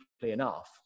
enough